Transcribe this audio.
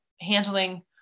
handling